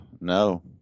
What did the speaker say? No